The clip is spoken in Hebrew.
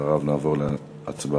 אחריו נעבור להצבעה.